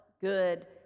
good